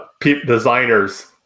designers